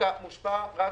מושפע רק